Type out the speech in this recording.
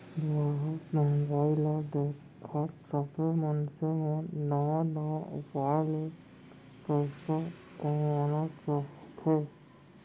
बाढ़त महंगाई ल देखत सबे मनसे मन नवा नवा उपाय ले पइसा कमाना चाहथे